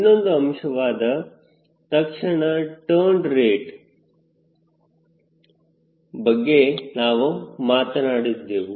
ಇನ್ನೊಂದು ಅಂಶವಾದ ತಕ್ಷಣದ ಟರ್ನ್ ರೇಟ್ ಬಗ್ಗೆ ನಾವು ಮಾತನಾಡಿದ್ದೆವು